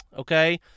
okay